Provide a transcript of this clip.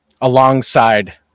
alongside